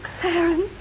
Clarence